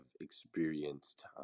experienced